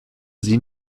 sie